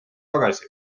tagasi